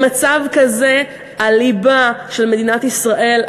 במצב כזה הליבה של מדינת ישראל,